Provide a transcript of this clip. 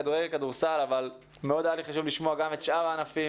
כדורגל כדורסל אבל היה חשוב לי מאוד לשמוע לגבי שאר הענפים